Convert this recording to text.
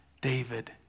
David